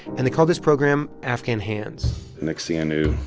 and they called this program afghan hands next thing i knew,